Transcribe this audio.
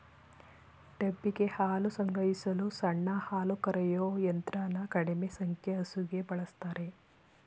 ಡಬ್ಬಿಗೆ ಹಾಲು ಸಂಗ್ರಹಿಸಲು ಸಣ್ಣ ಹಾಲುಕರೆಯೋ ಯಂತ್ರನ ಕಡಿಮೆ ಸಂಖ್ಯೆ ಹಸುಗೆ ಬಳುಸ್ತಾರೆ